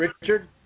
Richard